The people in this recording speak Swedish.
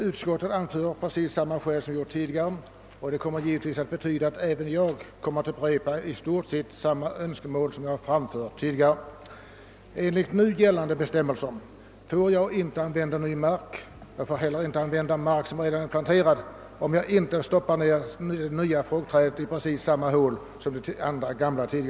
Utskottet anför precis samma skäl som förut, och det betyder givetvis att jag för min del kommer att upprepa de önskemål som jag framfört vid tidigare tillfällen. Enligt gällande bestämmelser får jag inte, om jag vill dra av kostnaderna för omplanteringen, använda ny mark. Jag får heller inte använda mark som redan är planterad om jag inte stoppar ned de nya fruktträden i precis samma hål som de gamla stått i.